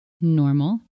normal